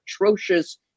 atrocious